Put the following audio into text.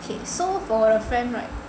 okay so for a friend right